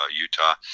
Utah